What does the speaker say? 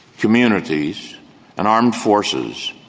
communities and armed forces.